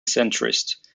centrist